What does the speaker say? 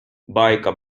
байка